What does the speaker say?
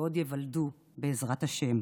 שעוד ייוולדו, בעזרת השם.